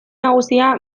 nagusia